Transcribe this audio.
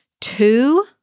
two